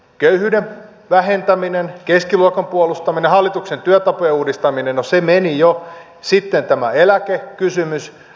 köyhyyden vähentäminen keskiluokan puolustaminen hallituksen työtapojen uudistaminen no se meni jo ja sitten tämä eläkekysymys